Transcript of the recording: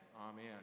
amen